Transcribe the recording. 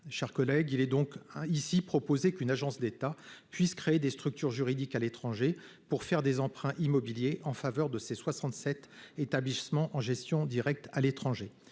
nationale. Il est donc proposé qu'une agence d'État puisse créer des structures juridiques à l'étranger pour faire des emprunts immobiliers en faveur de ses 67 établissements en gestion directe. Utiliser